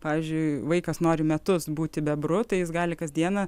pavyzdžiui vaikas nori metus būti bebru tai jis gali kasdieną